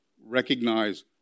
recognize